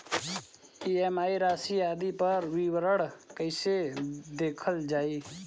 EMI राशि आदि पर विवरण कैसे देखल जाइ?